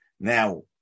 Now